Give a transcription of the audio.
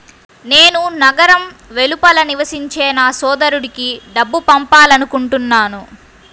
నేను నగరం వెలుపల నివసించే నా సోదరుడికి డబ్బు పంపాలనుకుంటున్నాను